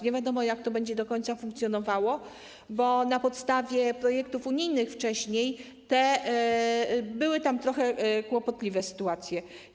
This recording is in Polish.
Nie wiadomo, jak to będzie do końca funkcjonowało, bo na podstawie projektów unijnych, wcześniej były tam trochę kłopotliwe sytuacje.